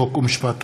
חוק ומשפט.